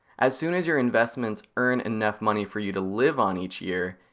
as soon as your investments earn enough money for you to live on each year,